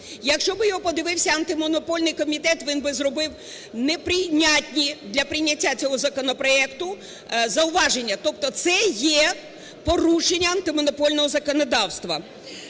Якщо би його подивився Антимонопольний комітет, він би зробив неприйнятні для прийняття цього законопроекту зауваження. Тобто це є порушенням антимонопольного законодавства.